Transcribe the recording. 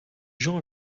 gens